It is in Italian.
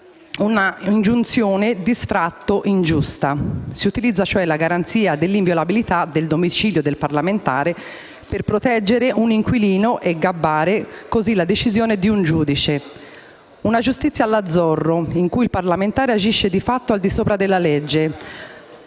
un'ingiunzione di sfratto ingiusta. Si utilizza cioè la garanzia dell'inviolabilità del domicilio del parlamentare per proteggere un inquilino e "gabbare" così la decisione di un giudice. Una giustizia alla Zorro, in cui il parlamentare agisce di fatto al di sopra della legge,